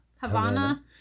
Havana